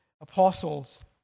apostles